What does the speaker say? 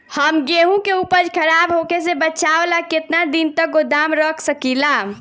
हम गेहूं के उपज खराब होखे से बचाव ला केतना दिन तक गोदाम रख सकी ला?